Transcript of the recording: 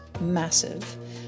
massive